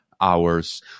hours